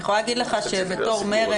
אני יכולה להגיד לך שבתור מרצ,